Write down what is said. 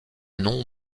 nom